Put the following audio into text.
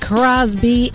Crosby